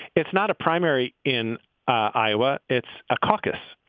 it's not a primary in iowa. it's a caucus.